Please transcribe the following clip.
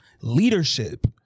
leadership